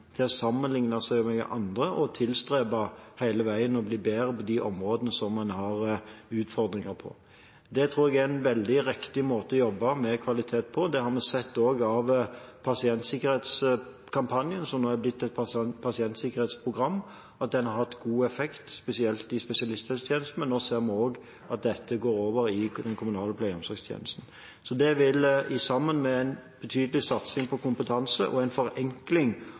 til å sammenlikne seg med andre og hele veien tilstrebe å bli bedre på de områdene en har utfordringer på. Det tror jeg er en veldig riktig måte å jobbe med kvalitet på. Det har vi sett også av pasientsikkerhetskampanjen, som nå har blitt et pasientsikkerhetsprogram, at den har hatt god effekt, spesielt i spesialisthelsetjenesten, men nå ser vi også at dette går over i den kommunale pleie- og omsorgstjenesten. Så det vil, sammen med en betydelig satsing på kompetanse og en forenkling